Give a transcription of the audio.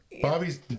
Bobby's